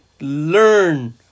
learn